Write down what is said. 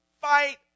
fight